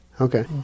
Okay